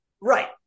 Right